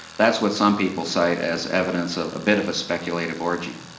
that's what some people say as evidence of a bit of a speculative orgy.